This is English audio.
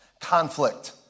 conflict